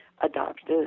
adopted